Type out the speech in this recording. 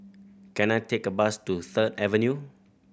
can I take a bus to Third Avenue